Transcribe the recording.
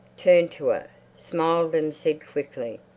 turned to her, smiled and said quickly,